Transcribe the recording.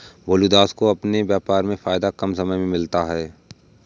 भोलू दास को अपने व्यापार में फायदा कम समय में मिलता है